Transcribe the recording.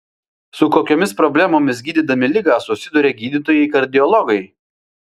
su kokiomis problemomis gydydami ligą susiduria gydytojai kardiologai